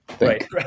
Right